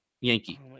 Yankee